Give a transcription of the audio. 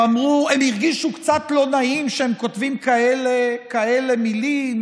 הרגישו קצת לא נעים שהם כותבים כאלה מילים.